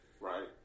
right